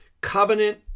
covenant